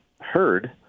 heard